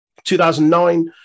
2009